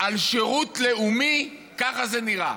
על שירות לאומי, ככה זה נראה.